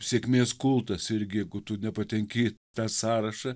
sėkmės kultas irgi jeigu tu nepatenki į tą sąrašą